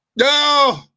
No